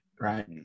right